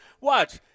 Watch